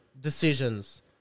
decisions